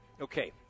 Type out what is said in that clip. okay